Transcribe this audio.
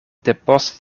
depost